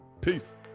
peace